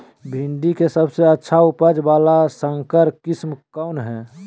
भिंडी के सबसे अच्छा उपज वाला संकर किस्म कौन है?